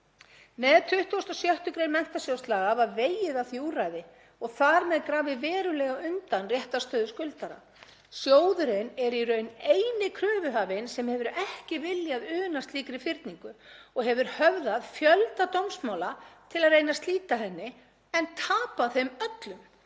Með 26. gr. laga um Menntasjóð námsmanna var vegið að því úrræði og þar með grafið verulega undan réttarstöðu skuldara. Sjóðurinn er í raun eini kröfuhafinn sem hefur ekki viljað una slíkri fyrningu og hefur höfðað fjölda dómsmála til að reyna að slíta henni en tapað þeim öllum.